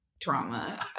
Trauma